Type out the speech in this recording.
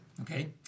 Okay